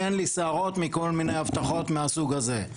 אין לי שערות מכל מיני הבטחות מהסוג הזה.